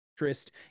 interest